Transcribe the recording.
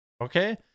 okay